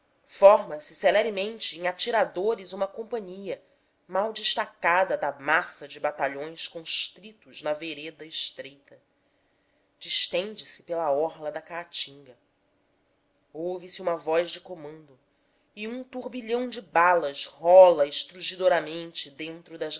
visto forma se celeremente em atiradores uma companhia mal destacada da massa de batalhões constritos na vereda estreita distende se pela orla da caatinga ouve-se uma voz de comando e um turbilhão de balas rola estrugidoramente dentro das